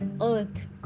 earth